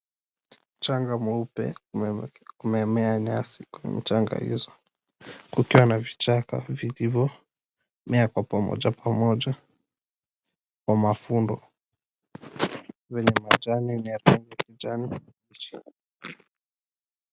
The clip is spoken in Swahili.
Mchanga mweupe umemea nyasi kwa mchanga hizo kukiwa na kichaka hivo vikimea kwa pamoja kwa mafundo yalio na majani kibichi.